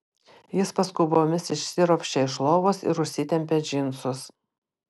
jis paskubomis išsiropščia iš lovos ir užsitempia džinsus